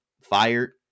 fired